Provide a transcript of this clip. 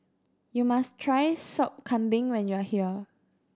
you must try Sop Kambing when you are here